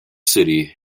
city